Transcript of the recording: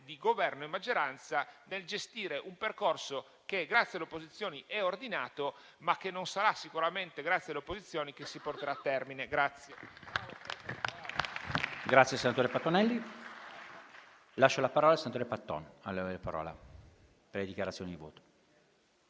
di Governo e maggioranza nel gestire un percorso che, grazie alle opposizioni, è ordinato, ma che non sarà sicuramente grazie alle opposizioni che si porterà a termine.